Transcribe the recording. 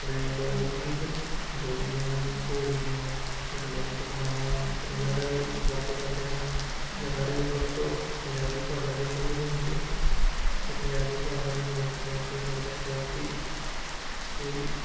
ਆਪਣੇ ਲੋਕ ਗੀਤ ਬੋਲੀਆਂ ਘੋੜੀਆਂ ਜਾਂ ਲੋਕ ਕਥਾਵਾਂ ਇਹਨਾਂ ਦਾ ਹੀ ਵਰਤੋਂ ਕਰਦੇ ਹਨ ਇਹਨਾਂ ਸਾਰਿਆਂ ਦੀ ਵਰਤੋਂ ਪੰਜਾਬੀ ਭਾਸ਼ਾ ਦੇ ਥਰੂ ਹੀ ਹੁੰਦੀ ਹੈ ਅਤੇ ਪੰਜਾਬੀ ਭਾਸ਼ਾ ਤੋਂ ਬਿਨਾਂ ਪੰਜਾਬੀ ਸੱਭਿਆਚਾਰ ਦੀ ਕੋਈ